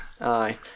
Aye